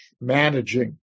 managing